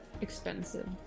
expensive